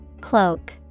Cloak